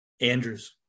Andrews